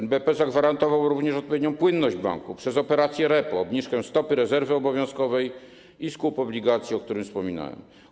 NBP zagwarantował również odpowiednią płynność banków przez operację repo, obniżkę stopy rezerwy obowiązkowej i skup obligacji, o którym wspominałem.